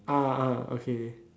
ah ah okay